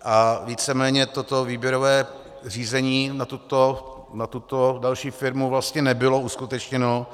A víceméně toto výběrové řízení na tuto další firmu vlastně nebylo uskutečněno.